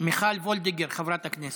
מיכל וולדיגר, חברת הכנסת,